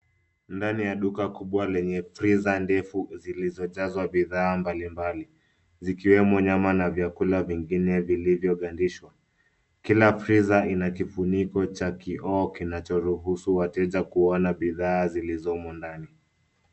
Ndani ya duka kubwa lenye freezer , ndefu zilizojazwa bidhaa mbalimbali, zikiwemo nyama na vyakula vingine vilivyogandishwa. Kila freezer ina kifuniko cha kioo kinachoruhusu wateja kuona bidhaa zilizomo ndani.